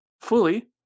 fully